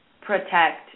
protect